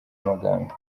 magambo